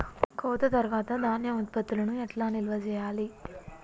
కోత తర్వాత ధాన్యం ఉత్పత్తులను ఎట్లా నిల్వ చేయాలి?